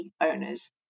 owners